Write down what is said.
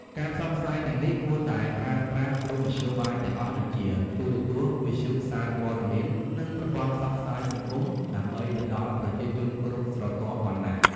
ការផ្សព្វផ្សាយទាំងនេះគួរតែប្រើប្រាស់គ្រប់មធ្យោបាយទាំងអស់ដូចជា ទូរទស្សន៍ វិទ្យុ សារព័ត៌មាន និងប្រព័ន្ធផ្សព្វផ្សាយសង្គម ដើម្បីទៅដល់ប្រជាជនគ្រប់ស្រទាប់វណ្ណៈ។